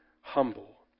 humble